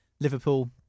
Liverpool